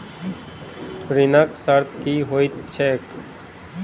ऋणक शर्त की होइत छैक?